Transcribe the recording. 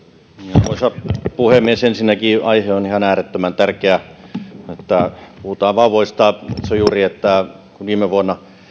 arvoisa puhemies ensinnäkin aihe on ihan äärettömän tärkeä kun puhutaan vauvoista niin katsoin juuri että kun viime vuonna